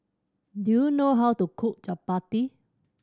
do you know how to cook chappati